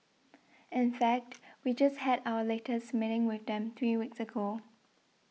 in fact we just had our latest meeting with them three weeks ago